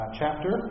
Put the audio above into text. chapter